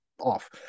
off